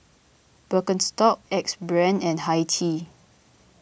Birkenstock Axe Brand and Hi Tea